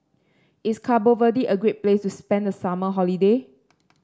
is Cabo Verde a great place to spend the summer holiday